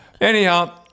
Anyhow